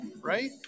right